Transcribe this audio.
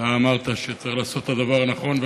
אתה אמרת שצריך לעשות את הדבר הנכון,